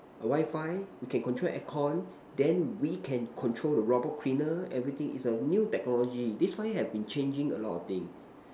wi-fi can control aircon then we can control the robot cleaner everything is a new technology this five year has been changing a lot of thing